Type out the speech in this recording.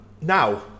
Now